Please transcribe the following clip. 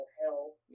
health